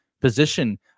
Position